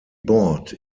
bought